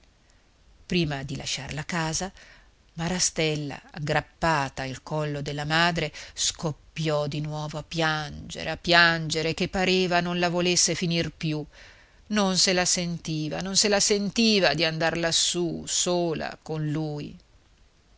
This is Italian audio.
prima di lasciar la casa marastella aggrappata al collo della madre scoppiò di nuovo a piangere a piangere che pareva non la volesse finir più non se la sentiva non se la sentiva di andar lassù sola con lui